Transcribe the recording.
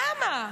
למה?